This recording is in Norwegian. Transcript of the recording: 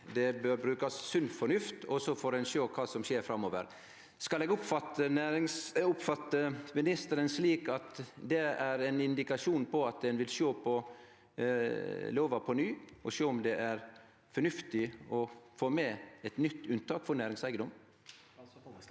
det bør brukast sunn fornuft, og så får ein sjå kva som skjer framover. Skal eg oppfatte ministeren slik at det er ein indikasjon på at ein vil sjå på lova på nytt, og sjå om det er fornuftig å få med eit nytt unntak for næringseigedom?